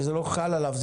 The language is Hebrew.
שזה לא חל עליו,